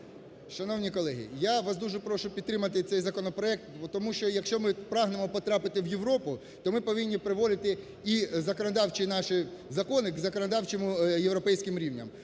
Шановні колеги, я вас дуже прошу підтримати цей законопроект, тому що, якщо ми прагнемо потрапити в Європу, то ми повинні приводити і законодавчі наші закони до законодавчих європейських рівнів.